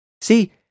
See